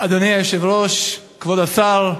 אדוני היושב-ראש, כבוד השר,